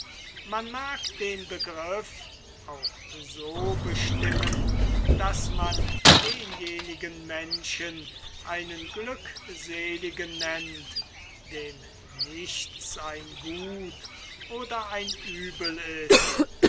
man mag den begriff auch so bestimmen daß man denjenigen menschen einen glückseligen nennt dem nichts ein gut oder ein uebel ist